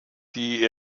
die